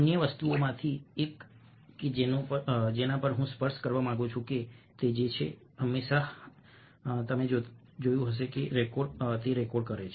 અન્ય વસ્તુઓમાંથી એક કે જેના પર હું સ્પર્શ કરવા માંગુ છું તે છે કે કોઈ હંમેશા જોતું અને રેકોર્ડ કરે છે